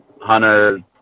Hunter